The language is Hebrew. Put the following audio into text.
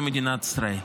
למדינת ישראל.